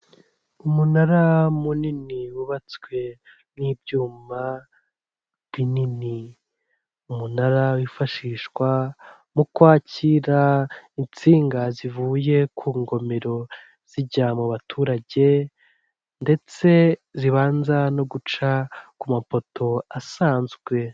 Umunara munini wubatswe n'ibyuma binini. Umunara wifashishwa mu kwakira insinga zivuye ku ngomero zijya mu baturage ndetse zibanza no guca ku mapoto asanzwe.